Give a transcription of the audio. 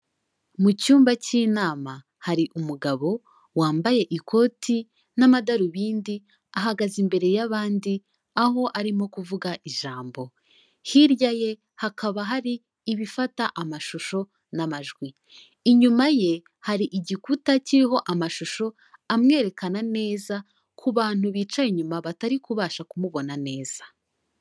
Mu cyumba cy'inama hari umugabo wambaye ikoti n'amadarubindi, ahagaze imbere y'abandi aho arimo kuvuga ijambo. Hirya ye hakaba hari ibifata amashusho n'amajwi. Inyuma ye hari igikuta kiriho amashusho amwerekana neza ku bantu bicaye inyuma batari kubasha kumubona neza.